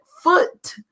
foot